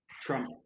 Trump